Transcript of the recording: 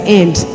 end